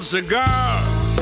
cigars